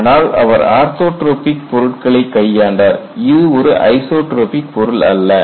ஆனால் அவர் ஆர்த்தோட்ரோபிக் பொருட்களைக் கையாண்டார் அது ஒரு ஐசோட்ரோபிக் பொருள் அல்ல